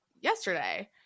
yesterday